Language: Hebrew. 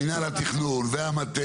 מינהל התכנון והמטה,